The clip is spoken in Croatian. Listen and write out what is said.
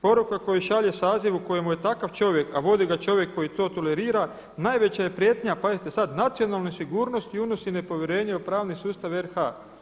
Poruka koja šalje sazivu kojemu je takav čovjek, a vodi ga čovjek koji to tolerira, najveća je prijetnja, pazite sada, nacionalnoj sigurnosti i unosi nepovjerenje u pravni sustav RH.